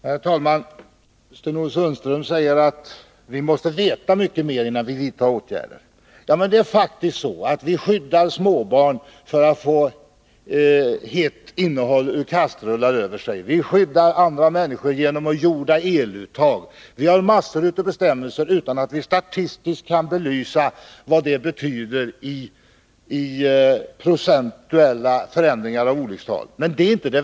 Herr talman! Sten-Ove Sundström säger att vi måste veta mycket mer innan vi vidtar åtgärder. Men det är faktiskt så att vi skyddar småbarn från att få hett innehåll ur kastruller över sig. Men det är inte det väsentliga. Vi skyddar människor genom att jorda eluttag. Vi har massor av bestämmelser, utan att vi statistiskt kan belysa vad de betyder i procentuella förändringar av olyckstalen.